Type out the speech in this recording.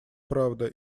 правда